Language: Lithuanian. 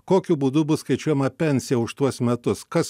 kokiu būdu bus skaičiuojama pensija už tuos metus kas